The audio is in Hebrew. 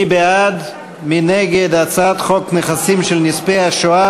מי בעד ומי נגד הצעת חוק נכסים של נספי השואה